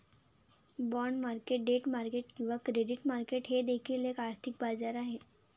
bond market debt market किंवा credit market हे देखील एक आर्थिक बाजार आहे